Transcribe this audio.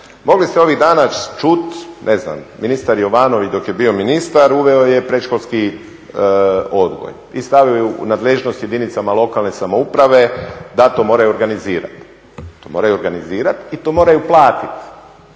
Mogli ste ovih dana čuti, ne znam ministar Jovanović dok je bio ministar uveo je predškolski odgoj i stavio u nadležnost jedinice lokalne samouprave da to moraju organizirati. To moraju organizirati i to moraju platiti,